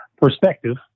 perspective